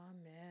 Amen